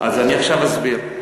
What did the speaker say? אז אני עכשיו אסביר.